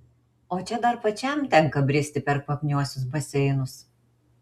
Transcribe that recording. o čia dar pačiam tenka bristi per kvapniuosius baseinus